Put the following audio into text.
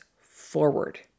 forward